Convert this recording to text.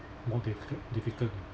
more difficu~ difficult